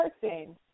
person